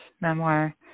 memoir